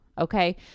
Okay